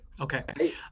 Okay